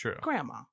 grandma